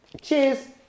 Cheers